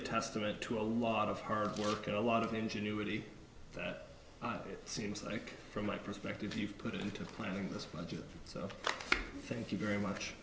a testament to a lot of hard work and a lot of ingenuity that it seems like from my perspective you've put it into the plan in this budget so thank you very much